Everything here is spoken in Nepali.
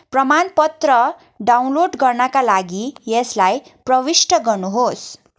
प्रमाणपत्र डाउनलोड गर्नाका लागि यसलाई प्रविष्ट गर्नुहोस्